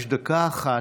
יש דקה אחת.